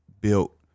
built